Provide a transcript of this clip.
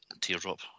Teardrop